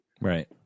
Right